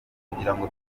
kugirango